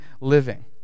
living